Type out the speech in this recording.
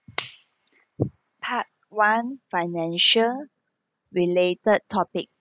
part one financial related topic